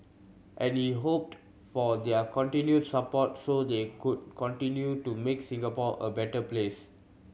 and he hoped for their continued support so they could continue to make Singapore a better place